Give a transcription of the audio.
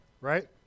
right